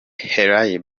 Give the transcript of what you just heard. hailey